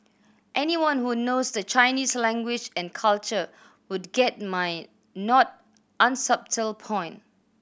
anyone who knows the Chinese language and culture would get my not unsubtle point